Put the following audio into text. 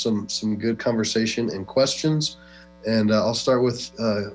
some some good conversation and questions and i'll start with